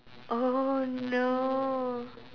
oh no